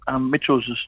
Mitchell's